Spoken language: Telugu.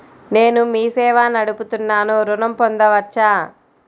నేను మీ సేవా నడుపుతున్నాను ఋణం పొందవచ్చా?